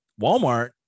Walmart